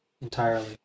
Entirely